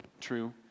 True